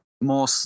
More